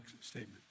statement